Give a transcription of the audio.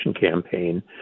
campaign